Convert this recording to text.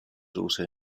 also